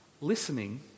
listening